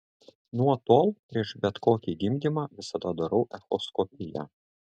nuo tol prieš bet kokį gimdymą visada darau echoskopiją